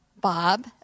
Bob